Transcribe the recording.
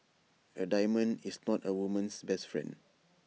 A diamond is not A woman's best friend